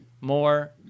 more